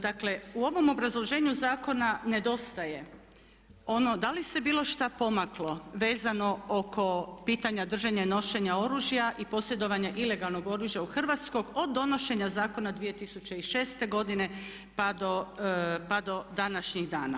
Dakle, u ovom obrazloženju zakona nedostaje ono da li se bilo šta pomaklo vezano oko pitanja držanja i nošenja oružja i posjedovanja ilegalnog oružja u Hrvatskoj od donošenja zakona 2006.godine pa do današnjih dana.